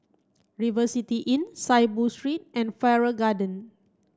River City Inn Saiboo Street and Farrer Garden